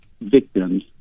victims